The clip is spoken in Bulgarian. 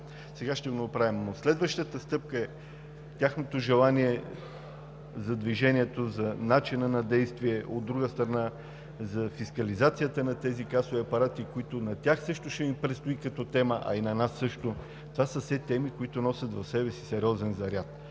сега ще го направим, но следващата стъпка е тяхното желание за движението, за начина на действие. От друга страна, фискализацията на тези касови апарати, която на тях също им предстои като тема, а и на нас също. Това са все теми, които носят в себе си сериозен заряд,